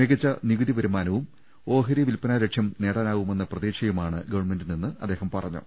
മികച്ച നികുതി വരുമാനവും ഓഹരി വിൽപ്പനാ ലക്ഷ്യം നേടാനാവുമെന്ന പ്രതീക്ഷയുമാണ് ഗവൺമെന്റിനെന്ന് അദ്ദേഹം പറഞ്ഞു